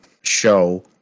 show